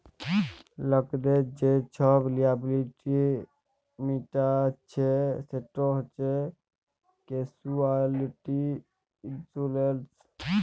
লকদের যে ছব লিয়াবিলিটি মিটাইচ্ছে সেট হছে ক্যাসুয়ালটি ইলসুরেলস